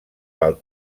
pel